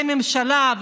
לחוק הממשלה,